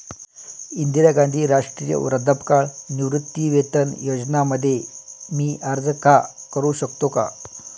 इंदिरा गांधी राष्ट्रीय वृद्धापकाळ निवृत्तीवेतन योजना मध्ये मी अर्ज का करू शकतो का?